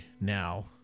now